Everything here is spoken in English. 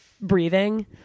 breathing